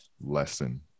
lesson